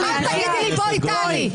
אל תגידי לי בואי טלי.